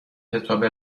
کتاب